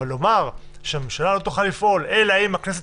לומר שהממשלה לא תוכל לפעול אלא אם הכנסת